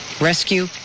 rescue